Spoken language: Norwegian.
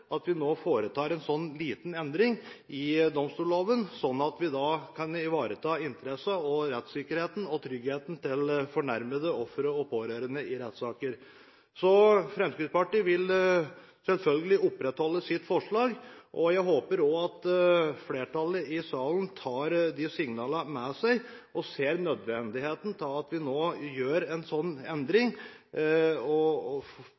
at vi foretar en slik liten endring i domstolloven, sånn at vi kan ivareta interessene, rettssikkerheten og tryggheten til fornærmede, ofre og pårørende i rettssaker. Fremskrittspartiet vil selvfølgelig opprettholde sitt forslag, og jeg håper også at flertallet i salen tar disse signalene med seg og ser nødvendigheten av at vi nå gjør en sånn endring, på vegne av ofre og